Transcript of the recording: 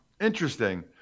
interesting